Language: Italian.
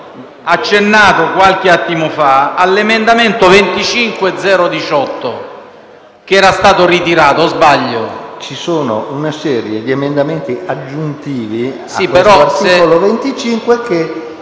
accennato qualche attimo fa all'emendamento 25.0.18, che era stato ritirato. O sbaglio? PRESIDENTE. Ci sono una serie di emendamenti aggiuntivi all'articolo 25.